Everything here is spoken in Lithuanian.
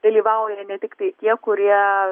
dalyvauja ne tiktai tie kurie